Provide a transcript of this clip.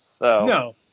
No